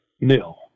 nil